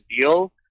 deal